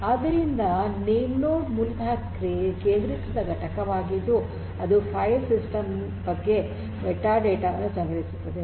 ಆದ್ದರಿಂದ ನೇಮ್ನೋಡ್ ಮೂಲತಃ ಕೇಂದ್ರೀಕೃತ ಘಟಕವಾಗಿದ್ದು ಅದು ಫೈಲ್ ಸಿಸ್ಟಮ್ ಬಗ್ಗೆ ಮೆಟಾಡೇಟಾ ವನ್ನು ಸಂಗ್ರಹಿಸುತ್ತದೆ